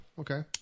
okay